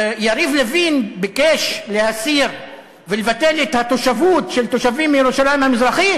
יריב לוין ביקש להסיר ולבטל את התושבות של תושבים מירושלים המזרחית,